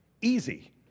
easy